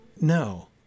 no